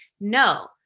No